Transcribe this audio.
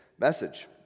message